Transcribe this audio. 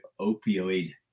opioid